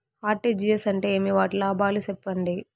RTGS అంటే ఏమి? వాటి లాభాలు సెప్పండి?